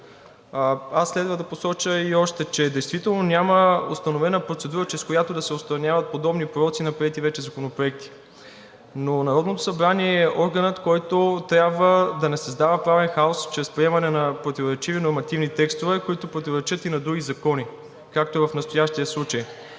аз следва да посоча и още, че действително няма установена процедура, чрез която да се отстраняват подобни пороци на приети вече законопроекти. Но Народното събрание е органът, който трябва да не създава правен хаос чрез приемане на противоречиви нормативни текстове, които противоречат и на други закони, както в настоящия случай.